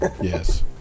Yes